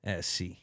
SC